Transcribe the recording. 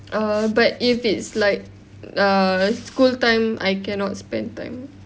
err but if it's like err school time I cannot spend time